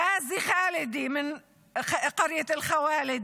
גאזי חאלדי מכפר ח'וואלד,